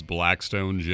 Blackstone